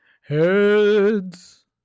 Heads